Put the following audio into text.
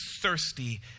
thirsty